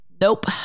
nope